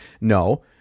no